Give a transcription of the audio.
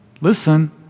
Listen